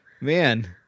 Man